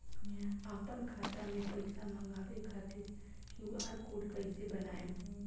आपन खाता मे पैसा मँगबावे खातिर क्यू.आर कोड कैसे बनाएम?